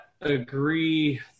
agree